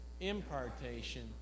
impartation